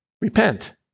repent